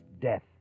death